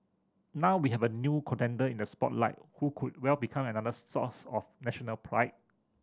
now we have a new contender in the spotlight who could well become another source of national pride